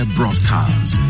broadcast